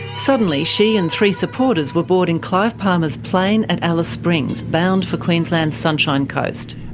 suddenly she and three supporters were boarding clive palmer's plane at alice springs, bound for queensland's sunshine coast.